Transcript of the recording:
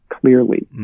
clearly